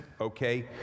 okay